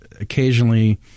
occasionally